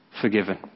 forgiven